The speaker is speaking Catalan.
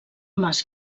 mas